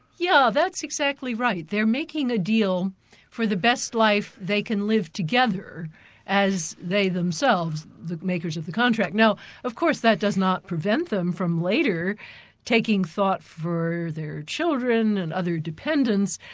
yeah that's exactly right. they're making a deal for the best life they can live together as they themselves, the makers of the contract. now of course that does not prevent them from later taking thought for their children and other dependents,